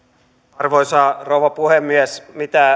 arvoisa rouva puhemies